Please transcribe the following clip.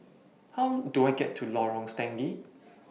How Do I get to Lorong Stangee